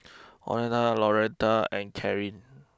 Oneta Loretta and Kareen